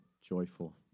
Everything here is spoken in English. joyful